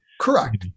Correct